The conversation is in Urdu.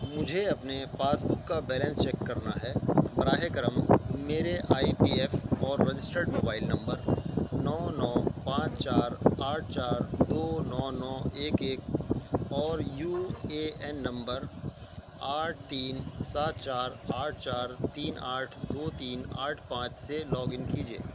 مجھے اپنے پاس بک کا بیلنس چیک کرنا ہے براہ کرم میرے آئی پی ایف اور رجسٹرڈ موبائل نمبر نو نو پانچ چار آٹھ چار دو نو نو ایک ایک اور یو اے این نمبر آٹھ تین سات چار آٹھ چار تین آٹھ دو تین آٹھ پانچ سے لاگ ان کیجیے